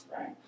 right